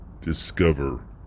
Discover